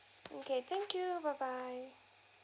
okay thank you bye bye